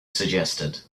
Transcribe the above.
suggested